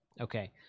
Okay